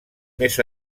més